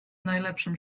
najlepszym